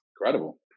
incredible